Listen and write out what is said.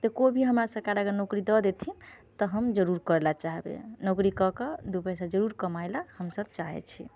तऽ कोइ भी हमरा सरकार अगर नौकरी दऽ देथिन तऽ हम जरूर करै लए चाहबै नौकरी कऽ के दू पैसा जरूर कमाइ लए हम सभ चाहै छी